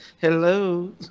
hello